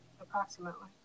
Approximately